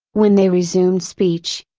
when they resumed speech,